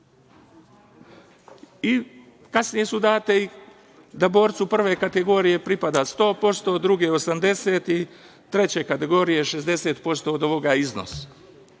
a kasnije su date, da borcu prve kategorije pripada 100%, druge 80%, a treće kategorije 60% od ovog iznosa.E